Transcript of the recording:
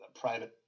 private